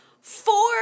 four